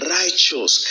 righteous